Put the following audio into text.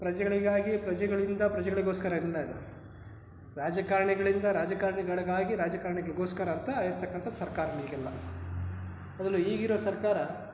ಪ್ರಜೆಗಳಿಗಾಗಿ ಪ್ರಜೆಗಳಿಂದ ಪ್ರಜೆಗಳಿಗೋಸ್ಕರ ಇಲ್ಲ ಇದು ರಾಜಕಾರಣಿಗಳಿಂದ ರಾಜಕಾರ್ಣಿಗಳಿಗಾಗಿ ರಾಜಕಾರಣಿಗಳ್ಗೋಸ್ಕರ ಅಂತ ಇರ್ತಕ್ಕಂಥದ್ದು ಸರ್ಕಾರನೇ ಈಗೆಲ್ಲ ಅದರಲ್ಲೂ ಈಗಿರೋ ಸರ್ಕಾರ